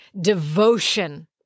devotion